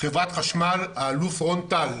חברת חשמל, האלוף רון-טל,